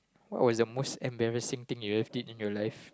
what was the most embarrassing thing you ever did in your life